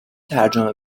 ترجمه